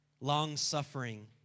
long-suffering